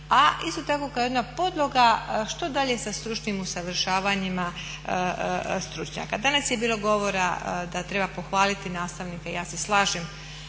a isto tako kao jedna podloga što dalje sa stručnim usavršavanjima stručnjaka. Danas je bilo govora da treba pohvaliti nastavnike i ja se slažem,